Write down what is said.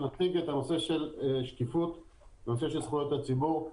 נציג את נושא השקיפות וזכויות הציבור.